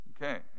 Okay